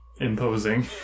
imposing